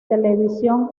televisión